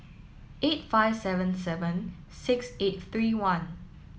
eight five seven seven six eight three one